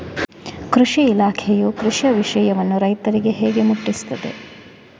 ಕೃಷಿ ಇಲಾಖೆಯು ಕೃಷಿಯ ವಿಷಯವನ್ನು ರೈತರಿಗೆ ಹೇಗೆ ಮುಟ್ಟಿಸ್ತದೆ?